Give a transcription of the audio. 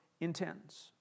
intends